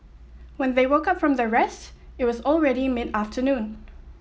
when they woke up from their rest it was already mid afternoon